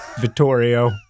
Vittorio